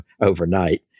overnight